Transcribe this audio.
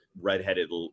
redheaded